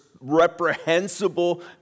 reprehensible